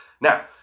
Now